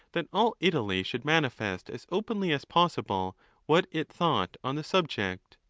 that all italy should manifest as openly as possible what it thought on the subject.